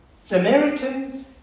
Samaritans